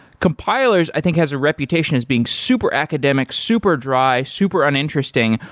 compilers i think has a reputation as being super academic, super dry, super uninteresting.